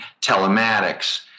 telematics